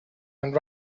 and